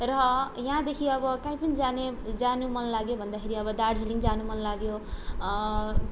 र यहाँदेखि अब काहीँ पनि जाने जानु मनलाग्यो भन्दाखेरि अब दार्जिलिङ जानु मनलाग्यो